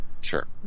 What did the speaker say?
Sure